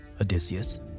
Odysseus